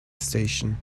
station